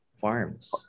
farms